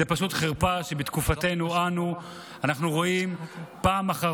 זו פשוט חרפה שבתקופתנו אנו אנחנו רואים פעם אחר